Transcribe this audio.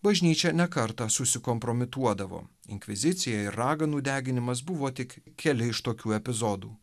bažnyčia ne kartą susikompromituodavo inkvizicija ir raganų deginimas buvo tik keli iš tokių epizodų